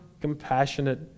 compassionate